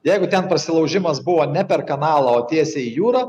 jeigu ten persilaužimas buvo ne per kanalą o tiesiai į jūrą